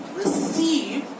receive